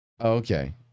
Okay